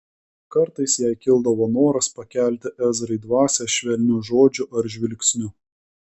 kartais jai kildavo noras pakelti ezrai dvasią švelniu žodžiu ar žvilgsniu